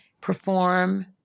perform